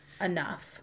enough